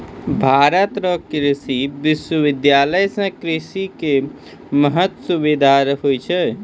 भारत रो कृषि विश्वबिद्यालय से कृषि करै मह सुबिधा होलो छै